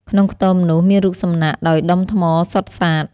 ក្នុងខ្ទមនោះ មានរូបសំណាកដោយដុំថ្មសុទ្ធសាធ ។